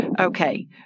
Okay